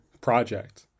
project